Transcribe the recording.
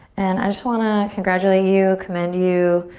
and i just wanna congratulate you, commend you,